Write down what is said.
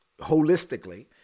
holistically